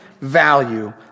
value